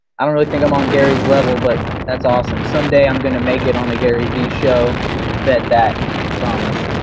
i don't really think i'm on gary's level but that's awesome. someday, i'm going to make it on the gary v show, you can bet that promise.